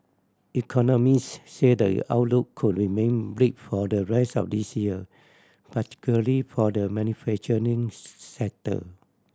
economists said the outlook could remain bleak for the rest of this year particularly for the manufacturing sector